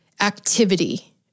activity